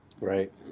Right